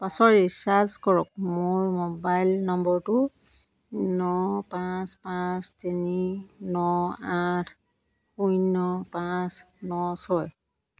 পাঁচৰ ৰিচাৰ্জ কৰক মোৰ মোবাইল নম্বৰটো ন পাঁচ পাঁচ তিনি ন আঠ শূন্য পাঁচ ন ছয়